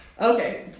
Okay